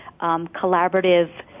collaborative